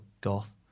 goth